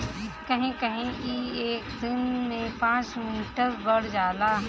कहीं कहीं ई एक दिन में पाँच मीटर बढ़ जाला